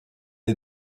est